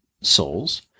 souls